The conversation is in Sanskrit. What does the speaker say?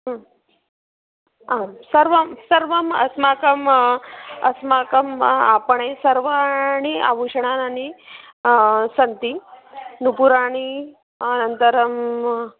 आं सर्वं सर्वम् अस्माकं अस्माकम् आपणे सर्वाणि आभूषणानि सन्ति नूपुराणि आनन्तरं